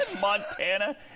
Montana